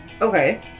Okay